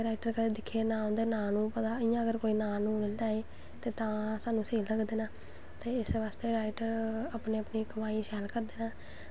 मतलव हर पसंद अपनां अपनां मतलव एह्म होंदा ऐ कि में एह् करनां बो करनां कुश कुड़ियां टवैल्थ करनैं दे बाद मतलव ग्रैजुएशन